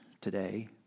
today